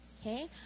okay